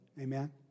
Amen